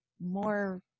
more